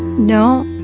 no.